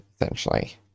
essentially